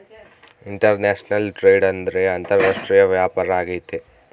international trade ಅಂದ್ರೆ ಅಂತಾರಾಷ್ಟ್ರೀಯ ವ್ಯಾಪಾರ ಆಗೈತೆ